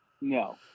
No